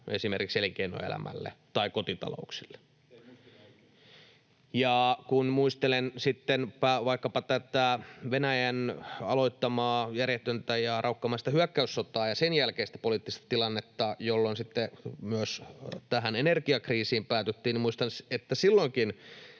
esimerkiksi elinkeinoelämälle tai kotitalouksille. [Kimmo Kiljunen: Muistat oikein!] Ja kun muistelen sitten vaikkapa tätä Venäjän aloittamaa järjetöntä ja raukkamaista hyökkäyssotaa ja sen jälkeistä poliittista tilannetta, jolloin sitten myös tähän energiakriisiin päädyttiin, muistan, että silloinkin